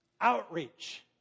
Outreach